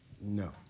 No